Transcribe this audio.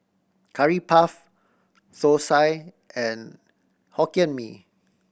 Curry Puff thosai and Hokkien Mee